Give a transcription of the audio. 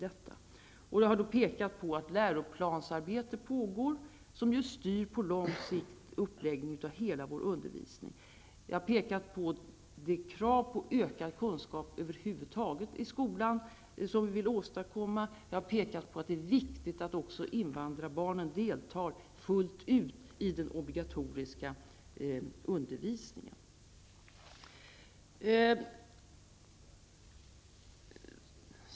Jag har pekat på att läroplansarbete pågår, som ju styr uppläggningen av hela vår undervisning på lång sikt. Jag har pekat på de krav på ökad kunskap över huvud taget i skolan som vi vill åstadkomma. Jag har också pekat på att det är viktigt att invandrarbarnen deltar fullt ut i den obligatoriska undervisningen.